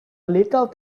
little